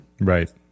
Right